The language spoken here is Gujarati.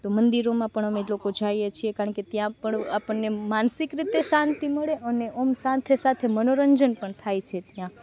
તો મંદિરોમાં પણ અમે લોકો જઈએ છીએ કારણ કે ત્યાં પણ આપણને માનસિક રીતે શાંતિ મળે અને આમ સાથે સાથે મનોરંજન પણ થાય છે ત્યાં